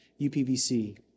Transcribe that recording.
UPVC